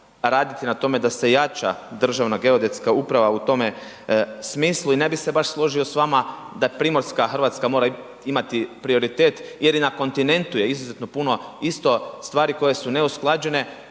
raditi na tome da se jača Državna geodetska uprava u tome smislu i ne bi se baš složio s vama da Primorska Hrvatska mora imati prioritet jer i na kontinentu je izuzetno puno isto stvari koje su neusklađene,